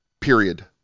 period